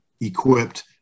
equipped